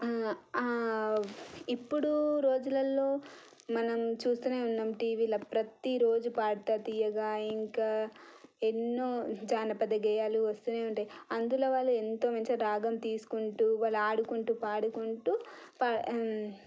ఇప్పుడు రోజులల్లో మనం చూస్తూనే ఉన్నాము టీవీలో ప్రతీ రోజు పాడుతా తీయగా ఇంకా ఎన్నో జానపద గేయాలు వస్తూనే ఉంటాయి అందులో వాళ్ళు ఎంతో మంచిగా రాగం తీసుకుంటూ వాళ్ళు ఆడుకుంటూ పాడుకుంటూ